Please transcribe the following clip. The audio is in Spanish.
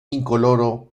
incoloro